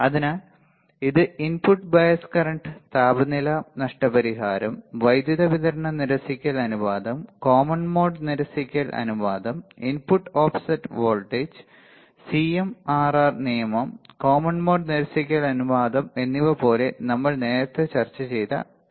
അതിനാൽ ഇത് input bias current താപനില നഷ്ടപരിഹാരം വൈദ്യുതി വിതരണ നിരസിക്കൽ അനുപാതം കോമൺ മോഡ് നിരസിക്കൽ അനുപാതം ഇൻപുട്ട് ഓഫ്സെറ്റ് വോൾട്ടേജ് സിഎംആർആർ നിയമം കോമൺ മോഡ് നിരസിക്കൽ അനുപാതം എന്നിവപോലെ നമ്മൾ നേരത്തെ ചർച്ച ചെയ്തത കാര്യം ആണ്